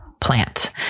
plant